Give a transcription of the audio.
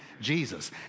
Jesus